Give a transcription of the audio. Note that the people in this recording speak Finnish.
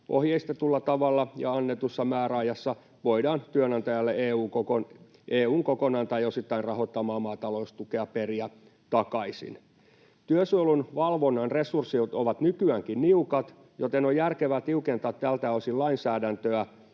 ohjeistetulla tavalla ja annetussa määräajassa, voidaan työnantajalle EU:n kokonaan tai osittain rahoittamaa maataloustukea periä takaisin. Työsuojelun valvonnan resurssit ovat nykyäänkin niukat, joten on järkevää tiukentaa tältä osin lainsäädäntöä.